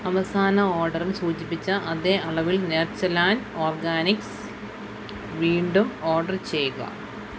അവസാന ഓഡറിൽ സൂചിപ്പിച്ച അതേ അളവിൽ നേച്ചർ ലാൻ്റ് ഓർഗാനിക്സ് വീണ്ടും ഓഡർ ചെയ്യുക